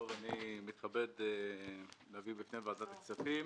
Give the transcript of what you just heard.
אני מתכבד להביא בפני ועדת הכספים